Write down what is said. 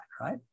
right